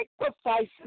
sacrifices